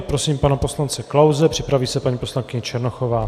Prosím pana poslance Klause, připraví se paní poslankyně Černochová.